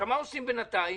מה עושים בינתיים?